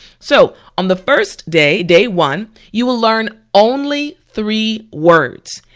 so on the first day, day one, you will learn only three words.